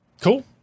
Cool